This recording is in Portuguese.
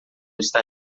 está